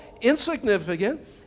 insignificant